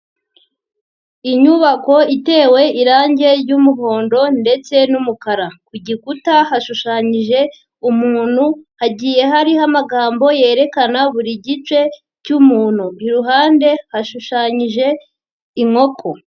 Inyubako itewe irangi ry'umuhondo ndetse n'umukara ku gikuta hashushanyije umuntu hagiye hariho amagambo yerekana buri gice cy'umuntu, iruhande hashushanyije inkoko.